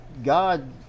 god